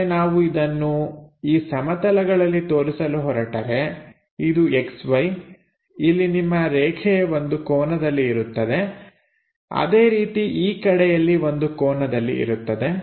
ಅಂದರೆ ನಾವು ಇದನ್ನು ಈ ಸಮತಲಗಳಲ್ಲಿ ತೋರಿಸಲು ಹೊರಟರೆ ಇದು XY ಇಲ್ಲಿ ನಿಮ್ಮ ರೇಖೆ ಒಂದು ಕೋನದಲ್ಲಿ ಇರುತ್ತದೆ ಅದೇ ರೀತಿ ಈ ಕಡೆಯಲ್ಲಿ ಒಂದು ಕೋನದಲ್ಲಿ ಇರುತ್ತವೆ